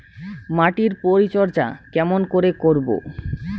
মাটির পরিচর্যা কেমন করে করব?